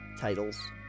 titles